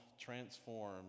transform